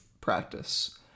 practice